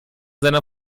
seiner